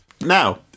Now